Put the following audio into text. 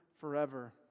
forever